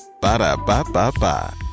Ba-da-ba-ba-ba